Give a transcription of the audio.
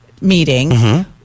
meeting